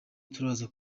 turaza